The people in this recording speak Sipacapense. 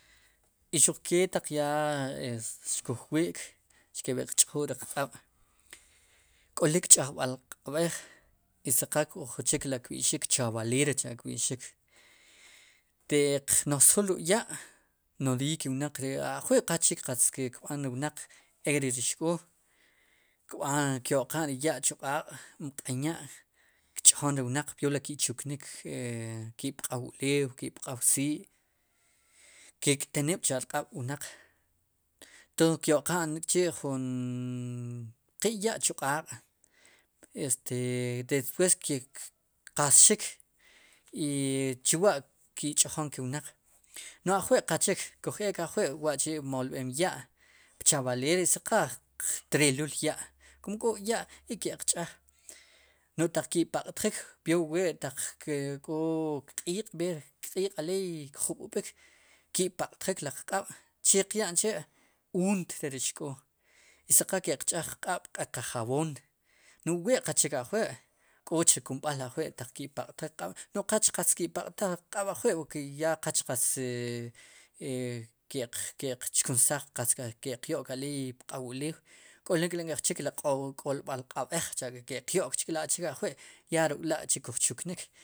I xuq ke taq ya e xkuj wi'k xkib'iqch'jul riq q'aab' k'olik ch'ajb'al q'aab'ej i si qla k'o jun chik ri kb'i'xik chab'alera cha' kb'i'xik te'qnojsjul ruk' ya' nodiiy ke wnaq ri ajwi'qachik qatz ki'kb'an ri wnaq ek' re ri xk'oo kb'aa kyo'qa'n ri ya' chuq'aaq' mq'en ya' kch'jon ri wnaq peor li ki'chuknik ki'pq'aw ulew ki' pq'aw sii' ke' k'teniib' kq'ab'cha' wnaq tood kyo'qan k'chi' pjunn, qe ya' chu q'aaq' este despues keqasxik i chuwa'ki'ch'ojon ke wnaq no'j ajwi' qachik kuj eek ajwi' wa'chi' molb'eem ya' pchavalera i si qal qtreluul ya' kum k'o k'ya' i ke'q ch'aj no'j taq ki' paq'tjik peor wu wee k'o kq'iiq' b'eer kq'iiq aleeykjub'ub'ik k'i paq'tjik riq q'aab'che qya'n chi' uut cha'ri xk'oo i si qal ki'qch'aj qq'ab' ruk'qéqa jab'oon no'j wu we qachik ajwi' k'och re kumb'al ajwi' ki'paq'tjik qq'ab' qach qatz ki' paq'taj qq'aab' ajwi'porke ya qach qatz i e e ke'k, ke'q chkunsaj qatz ke'q yo'k aleey pq'aw ulew k'olik ri nk'ej chik ri k'olb'al q'ab'aj cha'reki'qyo'k k'la'chik ajwi' ya ruk'la'chi ajwi' kujchuknik.